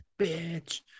bitch